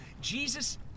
Jesus